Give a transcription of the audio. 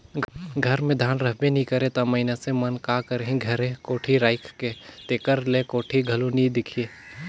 घर मे धान रहबे नी करे ता मइनसे मन का करही घरे कोठी राएख के, तेकर ले कोठी घलो नी दिखे